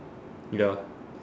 ya